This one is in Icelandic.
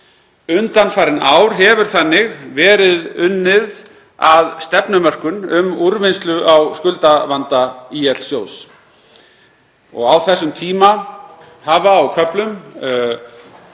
Undanfarin ár hefur þannig verið unnið að stefnumörkun um úrvinnslu á skuldavanda ÍL-sjóðs. Á þessum tíma hafa á köflum